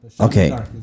Okay